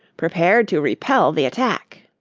prepared to repel the attack.